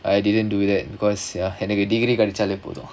I didn't do that because ya degree படிச்சாலே போதும்:padichalae podhum